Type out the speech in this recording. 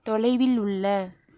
தொலைவில் உள்ள